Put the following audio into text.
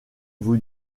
vous